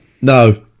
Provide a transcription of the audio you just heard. No